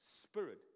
Spirit